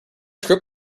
script